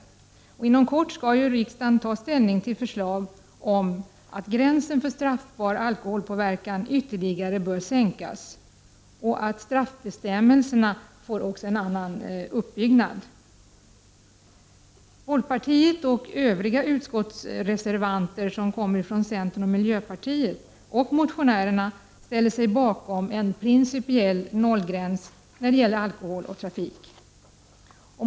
Inom kort skall riksdagen ta ställning till förslag om att gränsen för straffbar alkoholpå verkan ytterligare skall sänkas och att straffbestämmelserna skall få en annan uppbyggnad. Folkpartiet, övriga reservanter från centerpartiet och miljöpartiet samt motionärerna ställer sig bakom en principiell nollgräns när det gäller alkohol och trafik.